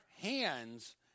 hands